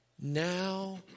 now